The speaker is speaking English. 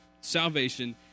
salvation